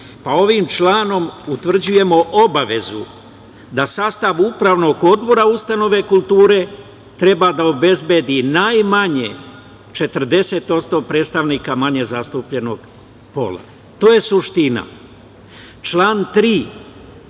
Ovim članom utvrđujemo obavezu da sastav upravnog odbora ustanove kulture treba da obezbedi najmanje 40% predstavnika manje zastupljenog pola. To je suština. Član 3.